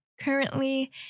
currently